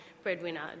breadwinner